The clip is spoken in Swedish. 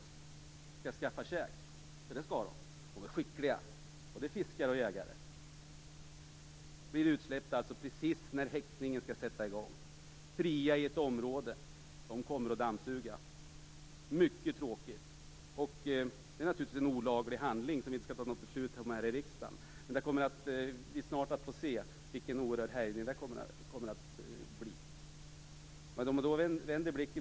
De måste skaffa mat, och de är skickliga både fiskare och jägare. Minkarna blev alltså utsläppta när häckningen skall komma i gång. Frisläppta kommer de att dammsuga hela området, och det är mycket tråkigt. Vi kommer snart att få se resultaten av minkens härjningar. Att släppa ut dessa minkar var naturligtvis en olaglig handling, men det är ingenting som riksdagen har att ta ställning till.